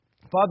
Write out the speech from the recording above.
Father